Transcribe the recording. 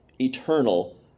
Eternal